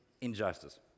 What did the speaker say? injustice